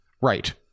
right